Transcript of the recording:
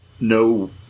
no